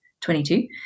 22